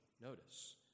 Notice